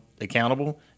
accountable